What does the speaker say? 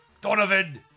Donovan